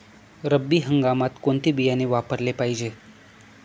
रब्बी हंगामात कोणते बियाणे वापरले पाहिजे?